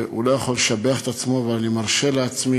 הוא לא יכול לשבח את עצמו, אבל אני מרשה לעצמי,